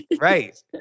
Right